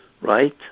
right